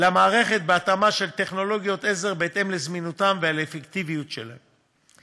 למערכת בהתאמה של טכנולוגיות עזר בהתאם לזמינותן ולאפקטיביות שלהן.